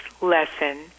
lesson